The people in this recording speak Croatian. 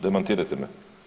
Demantirajte me.